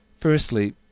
Firstly